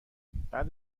بعد